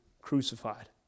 crucified